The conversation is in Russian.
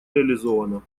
реализовано